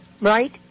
Right